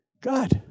God